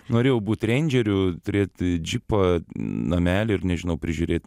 norėjau būt reindžeriu turėti džipą namelį ir nežinau prižiūrėt